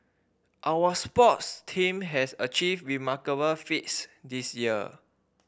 our sports team have achieved remarkable feats this year